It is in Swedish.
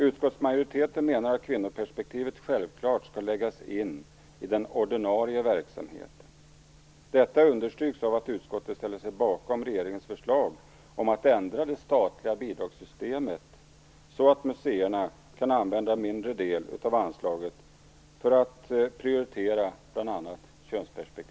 Utskottsmajoriteten menar att kvinnoperspektivet självklart skall läggas in i den ordinarie verksamheten. Detta understryks av att utskottet ställer sig bakom regeringens förslag om att ändra det statliga bidragssystemet så att museerna kan använda en mindre del av anslaget för att prioritera bl.a.